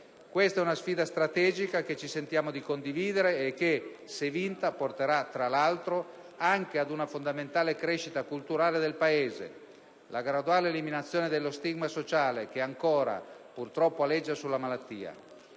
Questa è un sfida strategica che ci sentiamo di condividere e che, se vinta, porterà anche a una fondamentale crescita culturale del Paese con la graduale eliminazione dello stigma sociale che ancora, purtroppo, aleggia sulla malattia.